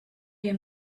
dir